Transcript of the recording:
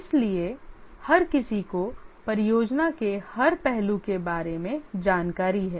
इसलिए हर किसी को परियोजना के हर पहलू के बारे में जानकारी है